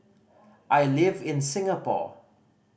I live in Singapore